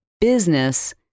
business